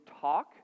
talk